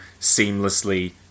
seamlessly